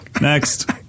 Next